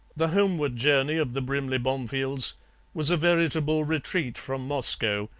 the homeward journey of the brimley bomefields was a veritable retreat from moscow,